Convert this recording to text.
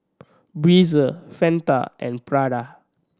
Breezer Fanta and Prada